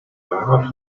fahrrad